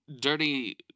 dirty